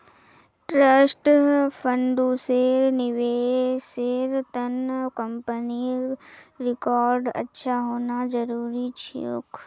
trust फंड्सेर निवेशेर त न कंपनीर रिकॉर्ड अच्छा होना जरूरी छोक